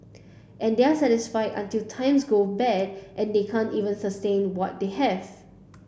and they are satisfied until times go bad and they can't even sustain what they have